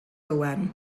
owen